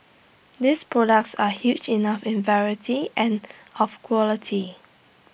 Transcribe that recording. these products are huge enough in variety and of quality